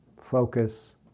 focus